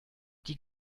die